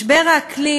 משבר האקלים